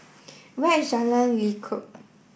where is Jalan Lekub